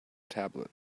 tablet